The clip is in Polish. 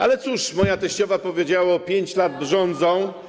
Ale cóż, moja teściowa powiedziała: 5 lat rządzą.